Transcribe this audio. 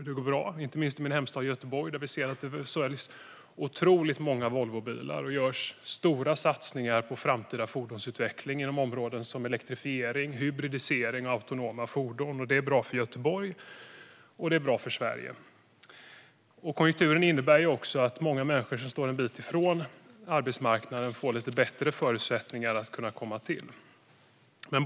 Det går bra, inte minst i min hemstad Göteborg, där vi ser att det säljs otroligt många Volvobilar och görs stora satsningar på framtida fordonsutveckling inom områden som elektrifiering, hybridisering och autonoma fordon. Det är bra för Göteborg och för Sverige. Konjunkturen innebär också att många människor som står en bit från arbetsmarknaden får bättre förutsättningar att komma in.